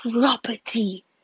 property